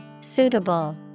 Suitable